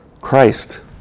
Christ